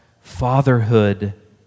fatherhood